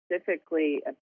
specifically